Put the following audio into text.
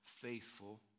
faithful